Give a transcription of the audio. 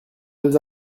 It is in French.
deux